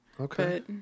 Okay